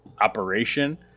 operation